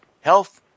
health